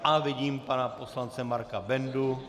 A vidím pana poslance Marka Bendu.